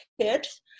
kids